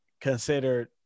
considered